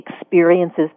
experiences